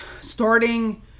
starting